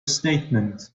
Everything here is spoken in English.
statement